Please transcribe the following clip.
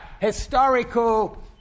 historical